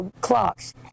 clocks